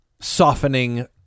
softening